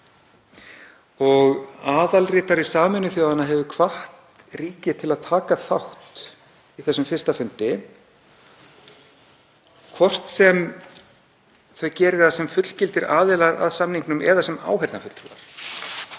og aðalritari Sameinuðu þjóðanna hefur hvatt ríki til að taka þátt í þessum fyrsta fundi, hvort sem þau geri það sem fullgildir aðilar að samningnum eða sem áheyrnarfulltrúar.